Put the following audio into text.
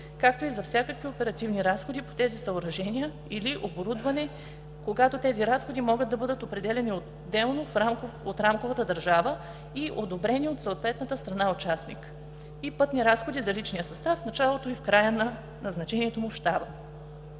както и за всякакви оперативни разходи по тези съоръжения или оборудване, когато тези разходи могат да бъдат определяни отделно от рамковата държава и одобрени от съответната страна участник и пътни разходи за личния състав в началото и в края на назначението му в щаба,